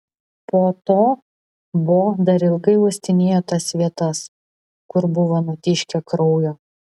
po to bo dar ilgai uostinėjo tas vietas kur buvo nutiškę kraujo